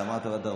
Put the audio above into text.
אתה אמרת רווחה,